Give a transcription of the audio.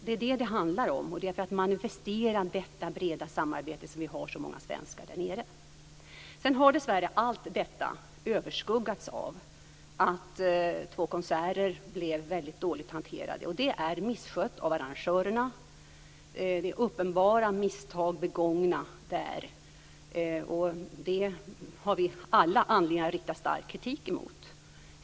Det är detta det handlar om, och det är för att manifestera detta breda samarbete som vi har så många svenskar där nere. Sedan har dess värre allt detta överskuggats av att två konserter blev väldigt dåligt hanterade. Och det är misskött av arrangörerna. Det är uppenbara misstag begångna där. Det har vi alla anledning att rikta stark kritik mot.